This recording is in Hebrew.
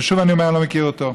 ושוב אני אומר: אני לא מכיר אותו,